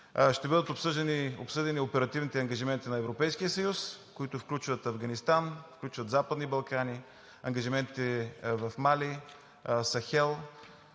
ще бъдат обсъдени оперативните ангажименти на Европейския съюз, които включват Афганистан, включват Западните Балкани, ангажименти в Мали, Сахел,